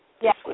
Yes